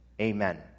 Amen